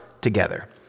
together